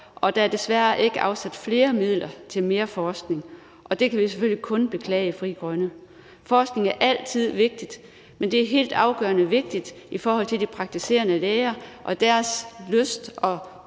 og der er desværre ikke afsat flere midler til mere forskning. Det kan vi selvfølgelig kun beklage i Frie Grønne. Forskning er altid vigtigt, men det er helt afgørende vigtigt i forhold til de praktiserende læger og deres lyst og